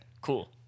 Cool